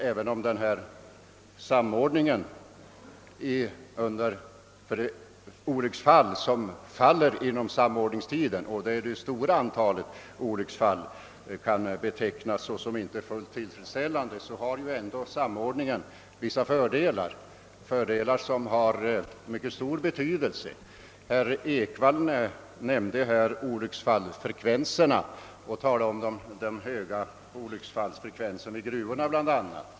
Även om samordningen för de olycksfall som faller inom samordningstiden — och det är det stora antalet olycksfall — inte kan betecknas som fullt tillfredsställande, har ändå samordningen vissa fördelar som har mycket stor betydelse. Herr Ekvall nämnde bl.a. den höga olycksfallsfrekvensen i gruvorna.